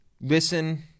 listen